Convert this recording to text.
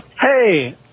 hey